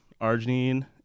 arginine